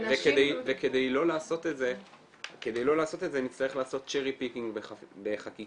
וכדי לא לעשות את זה נצטרך לעשות צ'רי פיקינג בחקיקה.